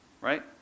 Right